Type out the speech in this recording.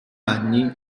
anni